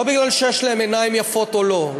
לא כי יש להם עיניים יפות או לא,